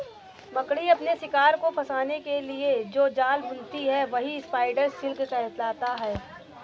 मकड़ी अपने शिकार को फंसाने के लिए जो जाल बुनती है वही स्पाइडर सिल्क कहलाता है